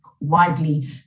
widely